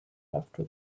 after